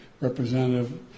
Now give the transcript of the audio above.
Representative